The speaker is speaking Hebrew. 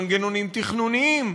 במנגנונים תכנוניים,